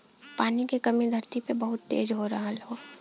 पानी के कमी धरती पे बहुत तेज हो रहल हौ